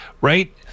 Right